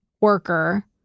worker